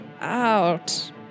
out